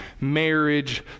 marriage